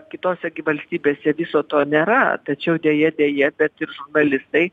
kitose gi valstybėse viso to nėra tačiau deja deja bet ir žurnalistai